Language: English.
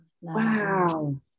wow